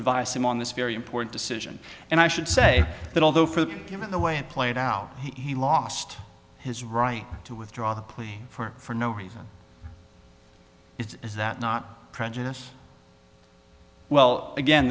advise him on this very important decision and i should say that although for him in the way it played out he lost his right to withdraw the plea for no reason is is that not prejudice well again